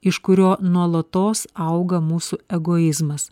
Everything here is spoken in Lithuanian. iš kurio nuolatos auga mūsų egoizmas